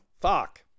fuck